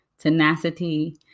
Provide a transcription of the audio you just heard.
tenacity